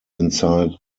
inside